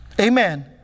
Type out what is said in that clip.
amen